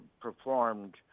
performed